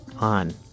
on